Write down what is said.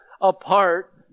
apart